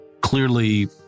Clearly